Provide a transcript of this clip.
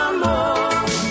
more